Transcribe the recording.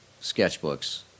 sketchbooks